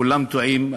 כולם טועים.